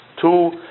Two